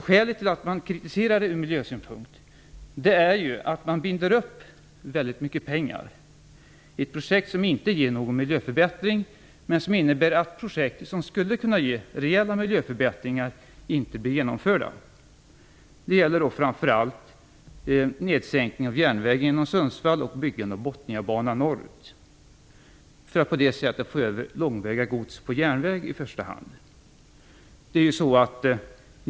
Skälet till kritiken från miljösynpunkt är att väldigt mycket pengar binds upp i ett projekt som inte ger någon miljöförbättring. Dessutom innebär detta att projekt som skulle kunna ge rejäla miljöförbättringar inte blir genomförda. Det gäller framför allt nedsänkningen av järnvägen genom Sundsvall och byggandet av Botniabanan norrut för att på det sättet få över långväga gods på järnväg i första hand.